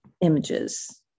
images